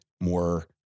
more